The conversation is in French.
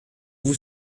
vous